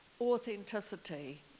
authenticity